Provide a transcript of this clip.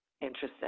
Interesting